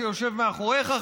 שיושב מאחוריך,